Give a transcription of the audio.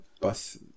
Bus